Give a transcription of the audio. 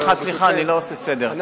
סליחה, סליחה, אני לא עושה סדר.